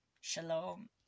Shalom